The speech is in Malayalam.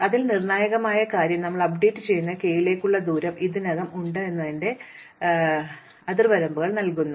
അതിനാൽ നിർണായകമായ കാര്യം ഞങ്ങൾ അപ്ഡേറ്റ് ചെയ്യുന്നത് k യിലേക്കുള്ള ദൂരം നമുക്ക് ഇതിനകം തന്നെ ഉണ്ട് എന്നതിന്റെ ചില അതിർവരമ്പുകൾ നൽകുന്നു